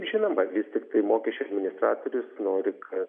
žinoma vis tiktai mokesčių administratorius nori kad